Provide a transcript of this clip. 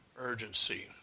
urgency